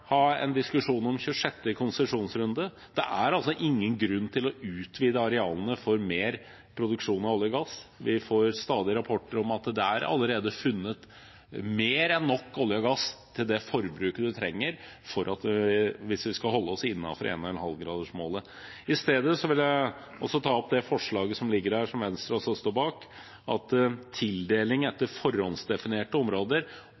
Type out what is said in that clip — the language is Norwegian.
utvide arealene for mer produksjon av olje og gass. Vi får stadig rapporter om at det allerede er funnet mer enn nok olje og gass til det forbruket vi trenger, hvis vi skal holde oss innenfor 1,5-gradersmålet. Jeg vil derfor vise til det forslaget som foreligger, som Venstre også står bak, at tildeling i forhåndsdefinerte områder